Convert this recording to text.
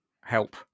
help